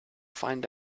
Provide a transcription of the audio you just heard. find